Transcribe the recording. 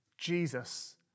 Jesus